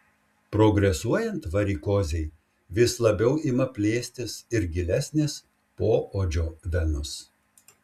progresuojant varikozei vis labiau ima plėstis ir gilesnės poodžio venos